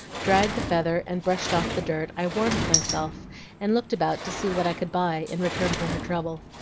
dried the feather, and brushed off the dirt, i warmed myself and looked about to see what i could buy in return for her trouble.